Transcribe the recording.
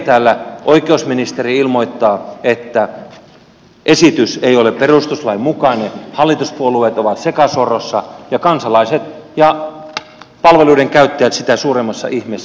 täällä oikeusministeri ilmoittaa että esitys ei ole perustuslain mukainen hallituspuolueet ovat sekasorrossa ja kansalaiset ja palveluiden käyttäjät sitä suuremmassa ihmeessä